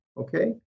Okay